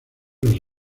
los